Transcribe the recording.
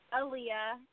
Aaliyah